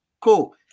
cool